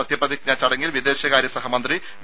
സത്യപ്രതിജ്ഞാ ചടങ്ങിൽ വിദേശകാര്യ സഹമന്ത്രി വി